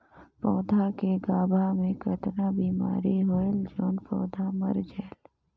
पौधा के गाभा मै कतना बिमारी होयल जोन पौधा मर जायेल?